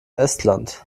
estland